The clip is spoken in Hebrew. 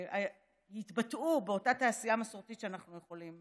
תתבטא באותה תעשייה מסורתית שאנחנו יכולים